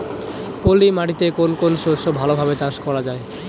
পলি মাটিতে কোন কোন শস্য ভালোভাবে চাষ করা য়ায়?